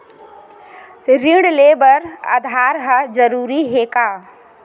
ऋण ले बर आधार ह जरूरी हे का?